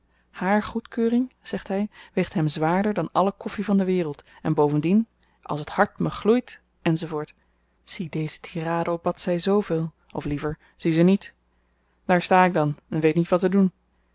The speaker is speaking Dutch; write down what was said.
hààr goedkeuring zegt hy weegt hem zwaarder dan alle koffi van de wereld en bovendien als t hart me gloeit enz zie deze tirade op bladzy zooveel of liever zie ze niet daar sta ik dan en weet niet wat te doen